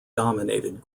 dominated